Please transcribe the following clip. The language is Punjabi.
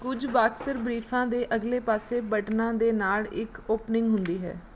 ਕੁਝ ਬਾਕਸਰ ਬ੍ਰੀਫਾਂ ਦੇ ਅਗਲੇ ਪਾਸੇ ਬਟਨਾਂ ਦੇ ਨਾਲ ਇੱਕ ਓਪਨਿੰਗ ਹੁੰਦੀ ਹੈ